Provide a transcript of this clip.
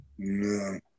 No